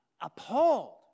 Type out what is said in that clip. appalled